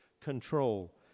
control